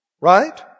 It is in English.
right